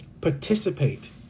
Participate